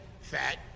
fat